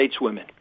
stateswomen